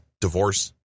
divorce